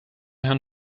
herrn